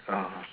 uh